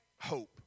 hope